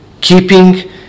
keeping